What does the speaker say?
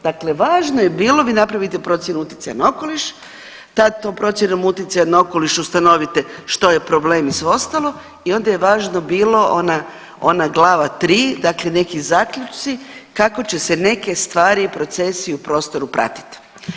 Dakle, važno je bilo, dakle vi napravite procjenu utjecaja na okoliš, tad tom procjenom utjecaja na okoliš ustanovite što je problem i sve ostalo i onda je važno bilo ona glava III, dakle neki zaključci kako će se neke stvari, procesi u prostoru pratiti.